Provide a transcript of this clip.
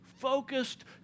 focused